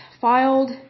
filed